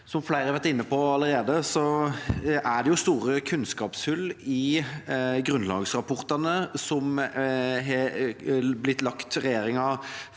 Som flere har vært inne på allerede, er det store kunnskapshull i grunnlagsrapportene som har blitt forelagt